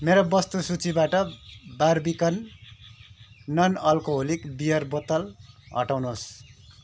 मेरो वस्तु सूचीबाट बार्बिकन नन अल्कोहोलिक बियर बोतल हटाउनुहोस्